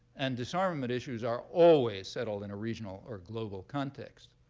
and disarmament issues are always settled in a regional or global context.